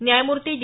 न्यायमूर्ती डी